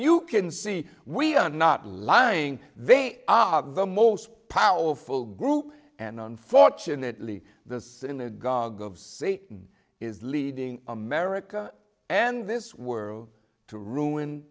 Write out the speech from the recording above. you can see we are not lying they obviously most powerful group and unfortunately the synagogue of satan is leading america and this world to ruin